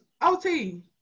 OT